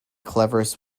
cleverest